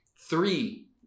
Three